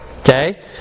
Okay